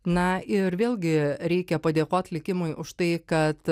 na ir vėlgi reikia padėkot likimui už tai kad